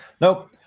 Nope